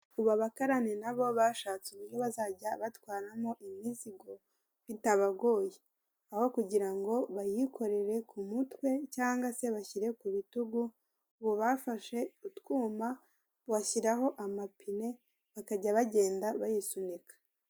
Ubu abakarani nabo bashatse uburyo bazajya batwaramo imizigo bitabagoye. Aho kugira ngo bayikorere ku mutwe cyangwa se bashyire ku rutugu, ubu bafashe utwuma bashyiraho amapine bakajya bagenda bayisunika.